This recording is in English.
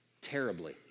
terribly